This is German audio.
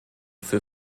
für